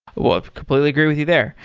well, i completely agree with you there.